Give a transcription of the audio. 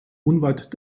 unweit